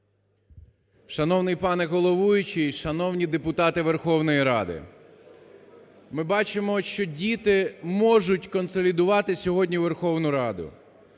Шановний пане головуючий, шановні депутати Верховної Ради, ми бачимо, що діти можуть консолідувати сьогодні Верховну Раду.